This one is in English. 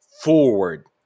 forward